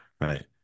right